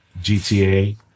GTA